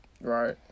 Right